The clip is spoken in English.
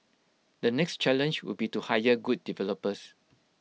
the next challenge would be to hire good developers